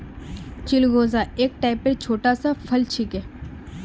चिलगोजा एक टाइपेर छोटा सा फल छिके